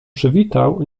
przywitał